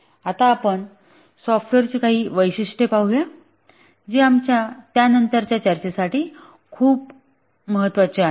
आता आपण सॉफ्टवेअरची काही वैशिष्ट्ये पाहूया जी आमच्या त्यानंतरच्या चर्चेसाठी खूप महत्वाची आहेत